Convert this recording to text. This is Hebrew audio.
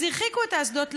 אז הרחיקו את האסדות לים.